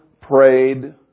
prayed